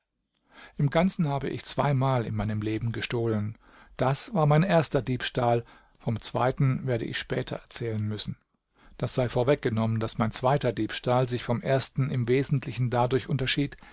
im ganzen habe ich zweimal in meinem leben gestohlen das war mein erster diebstahl vom zweiten werde ich später erzählen müssen das sei vorweggenommen daß mein zweiter diebstahl sich vom ersten im wesentlichen dadurch unterschied